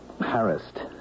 harassed